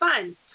fun